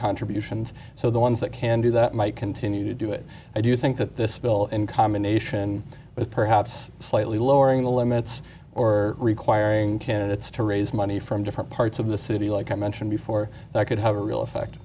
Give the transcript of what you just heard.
contributions so the ones that can do that might continue to do it i do think that this bill in combination with perhaps slightly lowering the limits or requiring candidates to raise money from different parts of the city like i mentioned before that could have a real effect